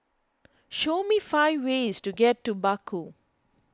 show me five ways to get to Baku